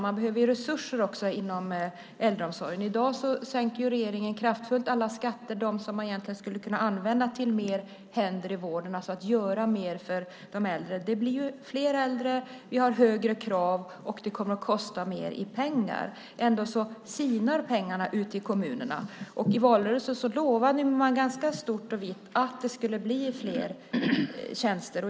Man behöver resurser också inom äldreomsorgen. I dag sänker regeringen kraftfullt alla skatter som man egentligen skulle kunna använda till fler händer i vården och alltså göra mer för de äldre. Det blir fler äldre, och vi har högre krav och det kommer att kosta mer pengar. Ändå sinar pengarna ute i kommunerna. I valrörelsen lovade man ganska stort och vitt att det skulle bli fler tjänster.